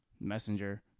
Messenger